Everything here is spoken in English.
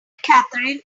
katherine